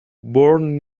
born